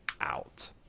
out